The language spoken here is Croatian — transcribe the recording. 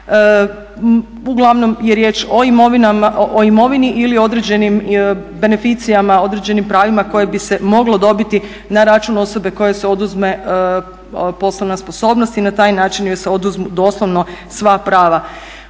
Uglavnom je riječ o imovini ili određenim beneficijama, određenim pravima koje bi se moglo dobiti na račun osobe kojoj se oduzme poslovna sposobnost i na taj način joj se oduzmu doslovno sva prava.